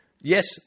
yes